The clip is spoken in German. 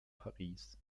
paris